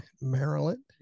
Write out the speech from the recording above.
Maryland